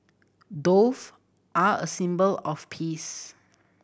doves are a symbol of peace